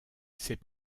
ses